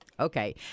Okay